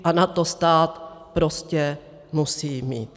A na to stát prostě musí mít.